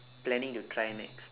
planning to try next